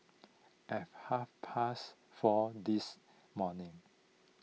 at half past four this morning